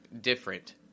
Different